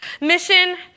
mission